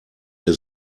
der